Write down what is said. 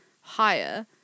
higher